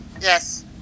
Yes